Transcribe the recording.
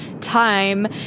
time